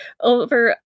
over